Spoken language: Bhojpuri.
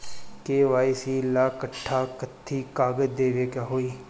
के.वाइ.सी ला कट्ठा कथी कागज देवे के होई?